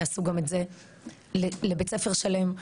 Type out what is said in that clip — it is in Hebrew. יעשו גם את זה לבית ספר שלם,